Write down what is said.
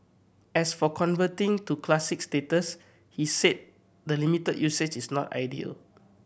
as for converting to Classic status he said the limited usage is not ideal